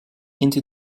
into